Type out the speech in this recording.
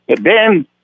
Ben